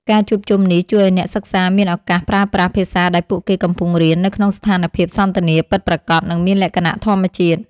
ការជួបជុំនេះជួយឱ្យអ្នកសិក្សាមានឱកាសប្រើប្រាស់ភាសាដែលពួកគេកំពុងរៀន នៅក្នុងស្ថានភាពសន្ទនាពិតប្រាកដ និងមានលក្ខណៈធម្មជាតិ។